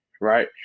right